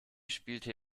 spielte